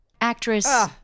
actress